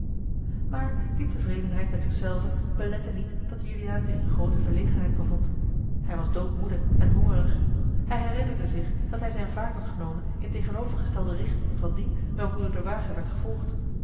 maar die tevredenheid met zich zelven belette niet dat juliaan zich in groote verlegenheid bevond hij was doodmoede en hongerig hij herinnerde zich dat hij zijne vaart had genomen in tegenovergestelde richting van die welke door den wagen werd gevolgd